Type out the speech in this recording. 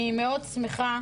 אני מאוד שמחה